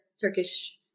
Turkish